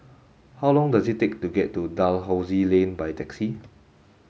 how long does it take to get to Dalhousie Lane by taxi